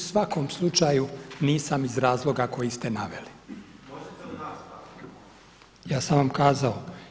U svakom slučaju nisam iz razloga koje ste naveli. … [[Upadica se ne razumije.]] ja sam vam kazao.